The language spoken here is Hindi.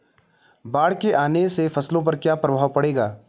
बाढ़ के आने से फसलों पर क्या प्रभाव पड़ेगा?